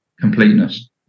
completeness